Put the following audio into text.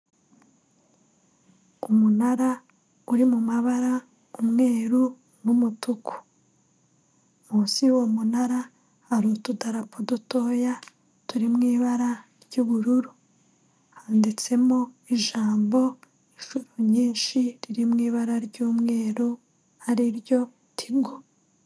Umunara uri mu mabara, umweru, n'umutuku, munsi y'uwo munara hari utudarapo dutoya turi mu ibara ry'ubururu, handitsemo ijambo inshuro nyinshi riri mu ibara ry'umweru, ari ryo tigo.